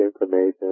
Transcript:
information